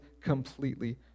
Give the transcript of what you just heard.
completely